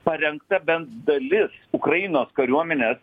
parengta bent dalis ukrainos kariuomenės